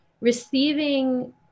Receiving